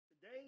Today